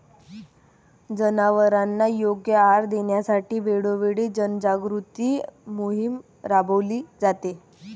जनावरांना योग्य आहार देण्यासाठी वेळोवेळी जनजागृती मोहीम राबविली जाते